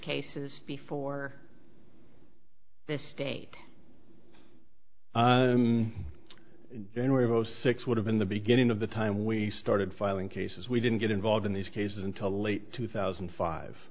cases before this state in january of zero six would have been the beginning of the time we started filing cases we didn't get involved in these cases until late two thousand